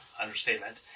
understatement